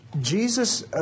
Jesus